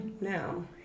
Now